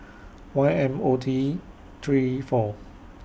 Y M O T three four